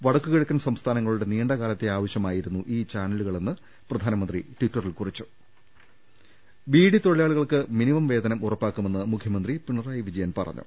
വടക്കുകിഴക്കൻ സംസ്ഥാനങ്ങളുടെ നീണ്ടകാലത്തെ ആവശ്യമായിരുന്നു ഈ ചാനലുകളെന്ന് പ്രധാനമന്ത്രി ട്വിറ്ററിൽ കുറി ച്ചും ബീഡിത്തൊഴിലാളികൾക്ക് മിനിമം വേതനം ഉറപ്പാക്കുമെന്ന് മുഖ്യ മന്ത്രി പിണറായി വിജയൻ പറഞ്ഞു